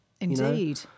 Indeed